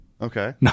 Okay